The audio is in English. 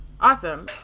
Awesome